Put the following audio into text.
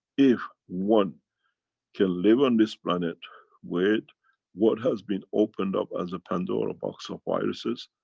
if one can live on this planet with what has been opened up as a pandora box of viruses.